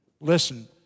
Listen